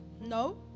no